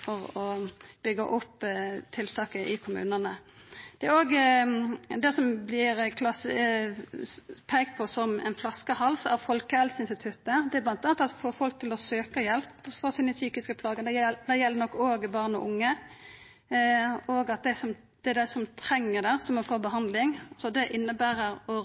for å byggja opp tiltaka i kommunane. Det som òg vert peikt på som ein flaskehals av Folkehelseinstituttet, er bl.a. å få folk til å søkja hjelp for sine psykiske plagar. Det gjeld nok òg barn og unge. Det er dei som treng det, som må få behandling. Det inneber å